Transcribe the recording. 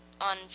on